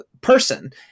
person